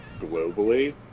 globally